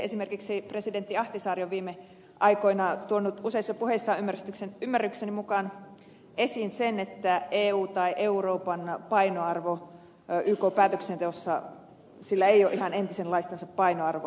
esimerkiksi presidentti ahtisaari on viime aikoina tuonut useissa puheissaan ymmärrykseni mukaan esiin sen että eulla tai euroopalla ei ykn päätöksenteossa ole ihan entisenlaista painoarvoa